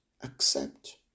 accept